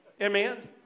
Amen